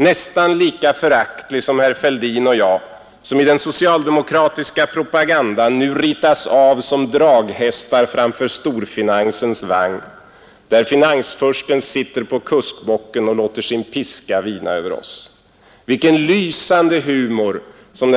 Nästan lika föraktlig som herr Fälldin och jag som i den socialdemokratiska propagandan nu ritas av som draghästar framför storfinansens vagn, där finansfursten sitter på kuskbocken och låter sin piska vina över oss. Vilken lysande humor, som